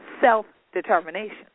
self-determination